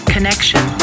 Connection